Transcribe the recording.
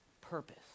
purpose